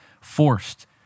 forced